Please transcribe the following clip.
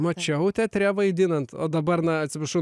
mačiau teatre vaidinant o dabar na atsiprašau